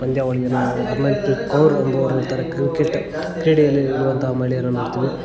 ಪಂದ್ಯಾವಳಿಯನ್ನು ನಾವು ಗಮನ ಇಕ್ಕಿ ಅವ್ರು ಅನುಭವ ನೀಡ್ತಾರೆ ಕ್ರಿಕೆಟ್ ಕ್ರೀಡೆಯಲ್ಲಿ ಇರುವಂತಹ ಮಹಿಳೆಯರನ್ನು ನೋಡ್ತಿವಿ